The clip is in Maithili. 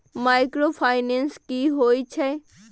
माइक्रोफाइनेंस की होय छै?